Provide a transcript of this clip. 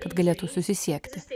kad galėtų susisiekti